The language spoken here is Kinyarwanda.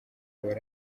bari